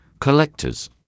collectors